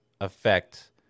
affect